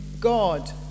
God